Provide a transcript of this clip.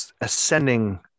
ascending